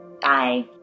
Bye